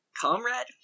Comrade